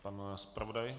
Pan zpravodaj?